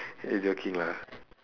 eh joking lah